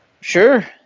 Sure